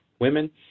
women